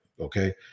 Okay